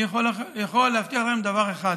אני יכול להבטיח לכם דבר אחד: